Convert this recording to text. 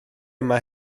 yma